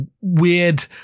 weird